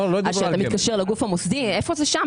כשאתה מתקשר לגוף המוסדי, איפה זה שם?